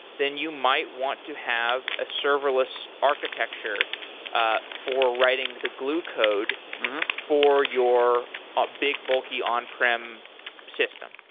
then you might want to have a serverless architecture ah for writing the glue code for your ah big bulky on prem system.